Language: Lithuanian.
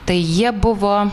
tai jie buvo